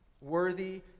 Worthy